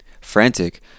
Frantic